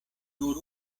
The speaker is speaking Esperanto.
nur